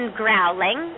growling